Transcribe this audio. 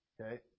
okay